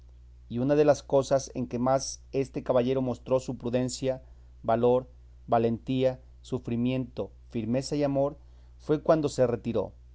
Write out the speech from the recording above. y una de las cosas en que más este caballero mostró su prudencia valor valentía sufrimiento firmeza y amor fue cuando se retiró